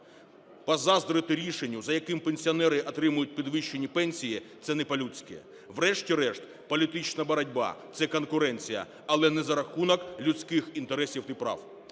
Позаздрити рішенню, за яким пенсіонери отримують підвищені пенсії, це не по-людськи, врешті-решт, політична боротьба – це конкуренція, але не за рахунок людських інтересів і прав.